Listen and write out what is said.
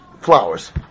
flowers